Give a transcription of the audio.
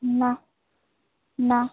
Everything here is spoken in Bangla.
নাহ্ নাহ্